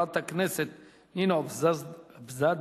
חברת הכנסת נינו אבסדזה,